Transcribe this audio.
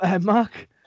Mark